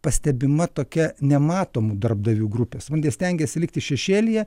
pastebima tokia nematomų darbdavių grupės supranti jie stengiasi likti šešėlyje